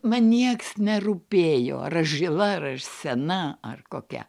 man nieks nerūpėjo ar aš žila ar aš sena ar kokia